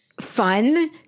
fun